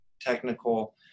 technical